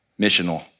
missional